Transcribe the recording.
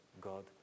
God